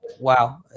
wow